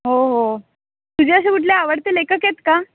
हो हो तुझे असे कुठले आवडते लेखक आहेत का